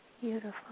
Beautiful